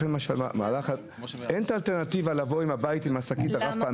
אני גם חושב בעיקרון,